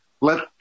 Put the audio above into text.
let